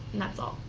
and that's all.